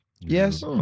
Yes